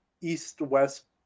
East-West